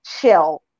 chill